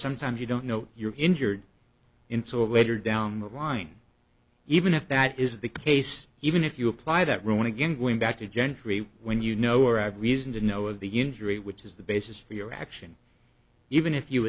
sometimes you don't know you're injured in so later down the line even if that is the case even if you apply that rule again going back to gentry when you know or have reason to know of the usury which is the basis for your action even if you